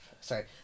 Sorry